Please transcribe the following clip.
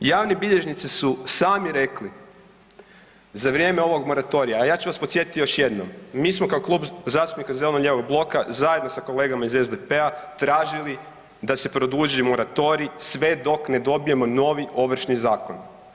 Javni bilježnici su sami rekli za vrijeme ovog moratorija, a ja ću vas podsjetiti još jednom mi smo kao klub zastupnika zeleno-lijevog bloka zajedno sa kolegama iz SDP-a tražili da se produži moratorij sve dok ne dobijemo novi Ovršni zakon.